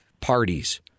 parties